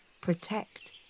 protect